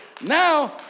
Now